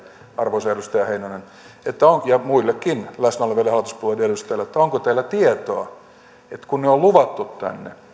arvoisa edustaja heinonen ja muillekin läsnä oleville hallituspuolueiden edustajille onko teillä tietoa että kun ne on on luvattu tänne